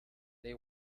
they